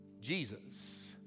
Jesus